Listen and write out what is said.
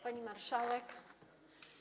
Pani Marszałek!